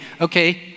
Okay